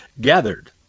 gathered